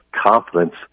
confidence